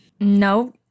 No